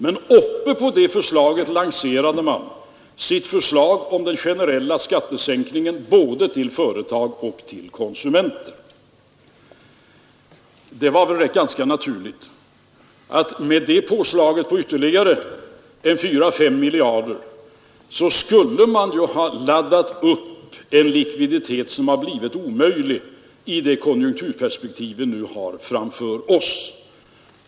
Men uppe på detta förslag lanserade de borgerliga sitt förslag om den generella skattesänkningen både till företag och till konsumenter. Med det påslaget på ytterligare 4—5 miljarder kronor skulle man naturligtvis ha laddat upp en likviditet, som blivit omöjlig i det konjunkturperspektiv vi nu har framför oss.